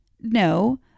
No